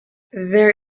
there